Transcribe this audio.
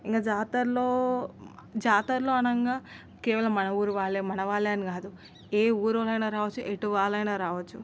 ఇంక జాతరలో జాతరలో అనంగా కేవలం మన ఊరు వాళ్లే మనవాళ్లే అని కాదు ఏ ఊరోళ్లయిన రావచ్చు కొన్ని కొన్ని జాతరంటే చాలా పెద్ద జాతరలైతే ఎట్లా అంటే మాదిక్కు ఎటువాళ్లయినా రావచ్చు